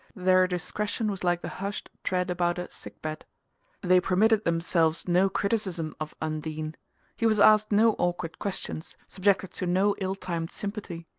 their discretion was like the hushed tread about a sick-bed. they permitted themselves no criticism of undine he was asked no awkward questions, subjected to no ill-timed sympathy.